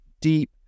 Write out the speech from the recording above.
deep